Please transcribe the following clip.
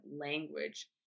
language